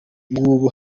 ngubu